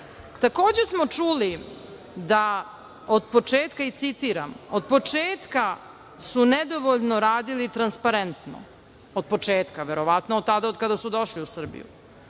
Srbiju. Takođe smo čuli da od početka, i citiram – od početka su nedovoljno radili transparentno, od početka - verovatno od tada od kada su došli u Srbiju.